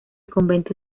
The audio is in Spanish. convento